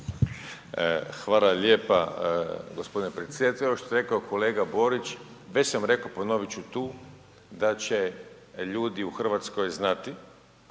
Hvala lijepa g. predsjedatelju. Ovo što je rekao kolega Borić, već sam rekao, ponovit ću tu, da će ljudi u Hrvatskoj znati